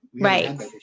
Right